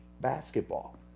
basketball